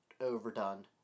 overdone